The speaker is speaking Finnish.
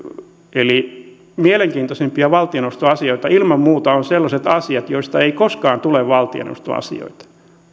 mielenkiintoisimpia valtioneuvostoasioita ilman muuta ovat sellaiset asiat joista ei koskaan tule valtioneuvostoasioita